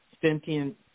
sentient